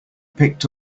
picked